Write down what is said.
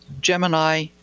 Gemini